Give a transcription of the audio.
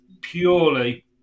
purely